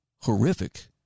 horrific